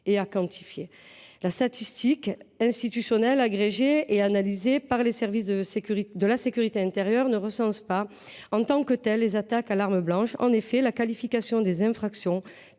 à quantifier : les statistiques institutionnelles, agrégées et analysées par les services de sécurité intérieure, ne recensent pas, en tant que telles, les attaques à l’arme blanche. En effet, la qualification des infractions,